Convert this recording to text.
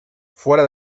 fuera